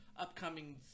upcoming